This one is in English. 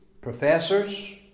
professors